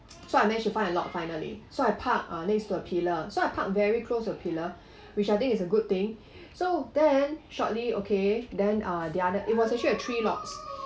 so I managed to find a lot finally so I park uh next to a pillar so I park very close to the pillar which I think is a good thing so then shortly okay then uh the other it was actually uh three lots